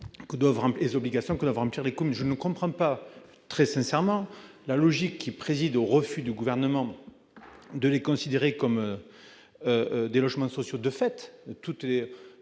que doivent remplir les communes. Je ne comprends pas la logique qui préside au refus du Gouvernement de les considérer comme des logements sociaux de fait. Tous les